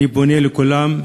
אני פונה לכולם,